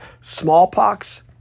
Smallpox